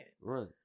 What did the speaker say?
Right